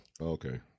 okay